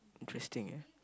interesting ya